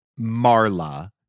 Marla